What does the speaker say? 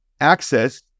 access